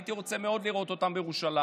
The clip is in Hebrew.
הייתי רוצה מאוד לראות אותה בירושלים,